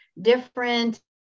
different